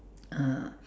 uh